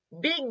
big